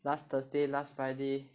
last Thursday last Friday